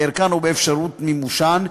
בערכן או באפשרות מימושן,